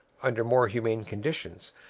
under more humane conditions,